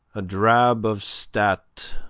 a drab of stat,